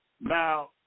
Now